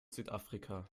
südafrika